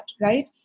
right